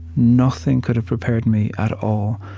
nothing could've prepared me, at all,